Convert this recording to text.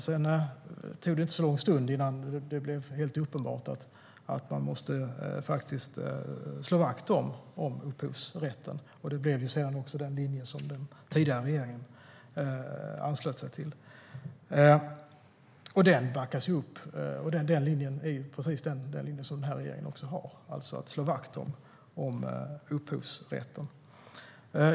Sedan tog det inte så lång tid innan det blev helt uppenbart att man faktiskt måste slå vakt om upphovsrätten, och det blev sedan också den linje som den tidigare regeringen anslöt sig till. Det är precis den linje som den här regeringen också har, alltså att man ska slå vakt om upphovsrätten.